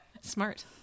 Smart